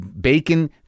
bacon